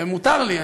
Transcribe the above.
ומותר לי,